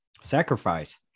Sacrifice